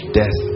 death